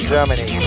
Germany